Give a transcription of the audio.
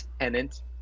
tenant